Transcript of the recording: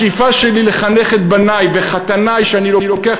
השאיפה שלי לחנך את בני ואת חתני שאני לוקח